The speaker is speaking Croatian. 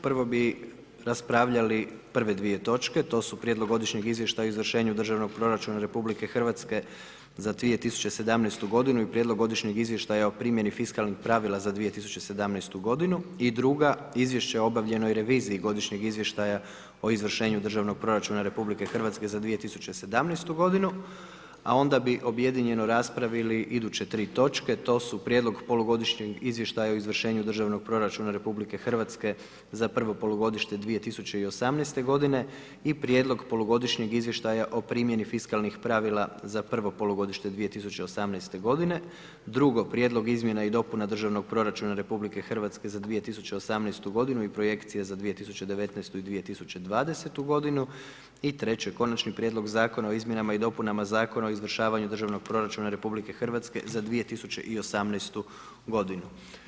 Prvo bi raspravljali prve dvije točke, to su: - Prijedlog godišnjeg izvještaja o izvršenju državnog proračuna RH za 2017. godinu i prijedlog godišnjeg izvještaja o primjeni fiskalnih pravila za 2017. godinu - Izvješće o obavljenoj reviziji godišnjeg izvještaja o izvođenju državnog proračuna Republika Hrvatska za 2017. godinu A onda bi objedinjeno raspravili iduće tri točke to su: Prijedlog polugodišnjeg izvještaja o izvršenju državnog proračuna RH za prvo polugodište 2018. godine i Prijedlog polugodišnjeg izvještaja o primjeni fiskalnih pravila za prvo polugodište 2018. g. Prijedlog izmjena i dopuna državnog proračuna Republike Hrvatske za 2018. godinu i projekcija za 2019. i 2020. g. Konačni Prijedlog Zakona o izmjenama i dopunama Zakona o izvršavanju državnog proračuna RH za 2018. godinu.